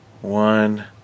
one